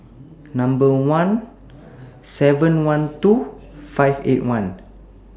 one seven hundred and twelve five hundred and Eighty One